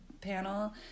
panel